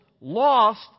lost